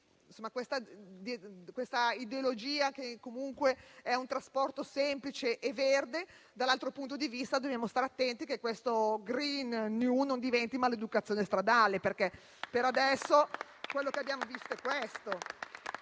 questa ideologia sul fatto che comunque è un mezzo di trasporto semplice e verde), dall'altro punto di vista dobbiamo stare attenti che questo *green new* non diventi maleducazione stradale, perché per adesso quello che abbiamo visto è questo.